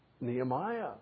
Nehemiah